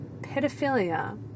pedophilia